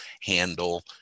handle